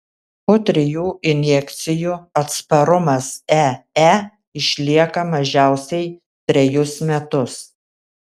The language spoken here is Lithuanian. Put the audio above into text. po trijų injekcijų atsparumas ee išlieka mažiausiai trejus metus